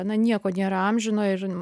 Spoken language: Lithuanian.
na nieko nėra amžino ir